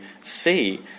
see